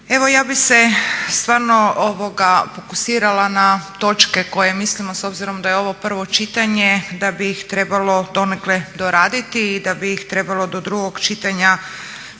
Evo ja bih se stvarno fokusirala na točke koje mislimo s obzirom da je ovo prvo čitanje, da bi ih trebalo donekle doraditi i da bi ih trebalo do drugog čitanja